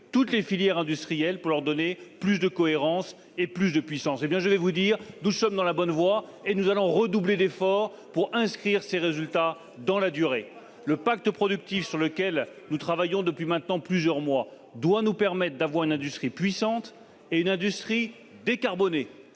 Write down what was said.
toutes les filières industrielles pour leur donner plus de cohérence et de puissance. Je vous le dis : nous sommes sur la bonne voie, et nous allons redoubler d'efforts pour inscrire ces résultats dans la durée. Le pacte productif sur lequel nous travaillons depuis maintenant plusieurs mois doit nous doter d'une industrie puissante et décarbonée.